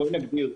נגדיר,